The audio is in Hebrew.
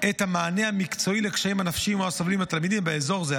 את המענה המקצועי לקשיים הנפשיים שמהם סובלים התלמידים באזור זה.